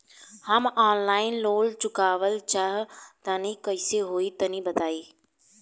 हम online loan चुकावल चाहऽ तनि कइसे होई तनि बताई?